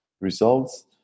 results